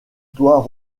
toit